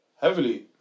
Heavily